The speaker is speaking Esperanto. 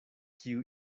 kiu